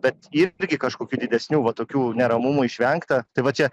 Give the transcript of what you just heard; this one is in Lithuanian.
bet irgi kažkokių didesnių va tokių neramumų išvengta tai va čia